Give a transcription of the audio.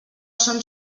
són